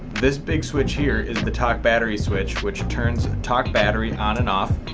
this big switch here is the talk battery switch, which turns talk-battery on and off.